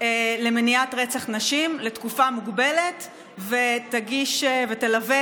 למניעת רצח נשים לתקופה מוגבלת ותלווה